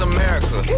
America